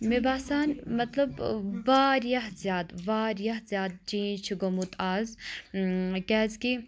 مےٚ باسان مَطلَب واریاہ زِیادٕ واریاہ زِیادٕ چینٛج چھ گوٚمُت آز کِیٛازِ کہِ